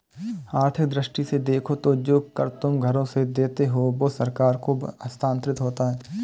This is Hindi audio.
आर्थिक दृष्टि से देखो तो जो कर तुम घरों से देते हो वो सरकार को हस्तांतरित होता है